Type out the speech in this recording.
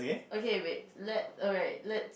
okay wait let alright let